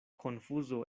konfuzo